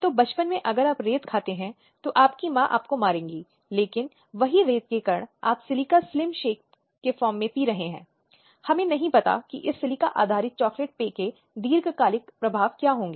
इसलिए यह वैधानिक निकाय है जो यह देखने के लिए आवश्यक उपाय करता है कि शिकायतों को प्रभावी ढंग से संबोधित किया जाए